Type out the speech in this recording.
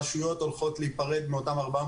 הרשויות הולכות להיפרד מאותם 400